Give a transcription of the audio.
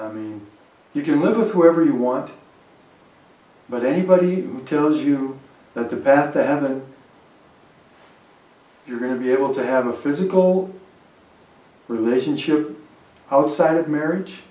you can live with whoever you want but anybody who tells you that the path to heaven you're going to be able to have a physical relationship outside of marriage